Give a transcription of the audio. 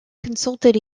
consulted